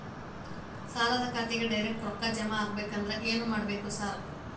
ಸಾಲದ ಖಾತೆಗೆ ಡೈರೆಕ್ಟ್ ರೊಕ್ಕಾ ಜಮಾ ಆಗ್ಬೇಕಂದ್ರ ಏನ್ ಮಾಡ್ಬೇಕ್ ಸಾರ್?